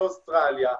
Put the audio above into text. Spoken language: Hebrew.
באוסטרליה,